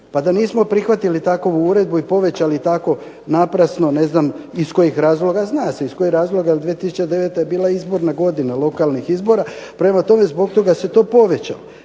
Pa da nismo prihvatili takvu uredbu i povećali tako naprasno ne znam. Iz kojih razloga zna se iz kojih razloga je 2009. bila izborna godina lokalnih izbora, prema tome zbog toga se to povećalo